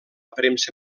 premsa